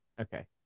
Okay